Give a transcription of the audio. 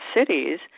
cities